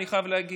אני חייב להגיד.